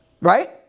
Right